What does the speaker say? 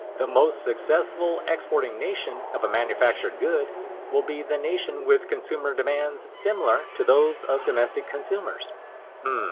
the most successful exporting nation of a manufactured good will be the nation with consumer demands similar to those of domestic consumers.